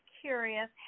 curious